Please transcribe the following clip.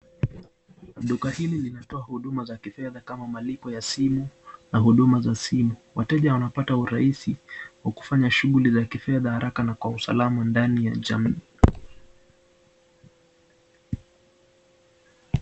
Duka hili linatoa hiduma ya kifedha kama malipo ya simu, na huduma za simu. Wateja wanapata urahisi wa kufanya shughuli za kifedha haraka na kwa usalama ndani ya jamii.